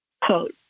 quote